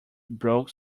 broke